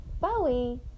Bowie